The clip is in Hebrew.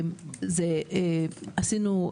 עשינו,